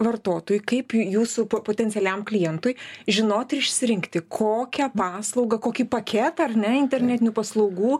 vartotojui kaip jūsų po potencialiam klientui žinot ir išsirinkti kokią paslaugą kokį paketą ar ne internetinių paslaugų